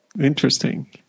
Interesting